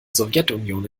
sowjetunion